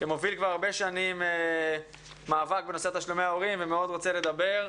שמוביל כבר הרבה שנים מאבק בנושא תשלומי ההורים ומאוד רוצה לדבר.